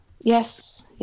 Yes